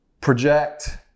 project